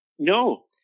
no